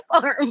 farm